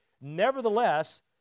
Nevertheless